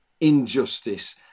injustice